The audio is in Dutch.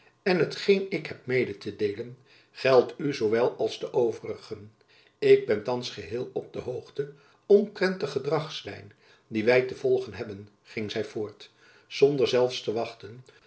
en hetgeen ik heb mede te deelen geldt u zoowel als de overigen ik ben thands geheel op de hoogte omtrent de gedragslijn die wy te volgen hebben ging zy voort zonder zelfs te wachten